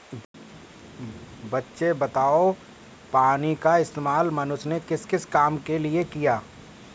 बच्चे बताओ पानी का इस्तेमाल मनुष्य ने किस किस काम के लिए किया?